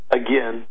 again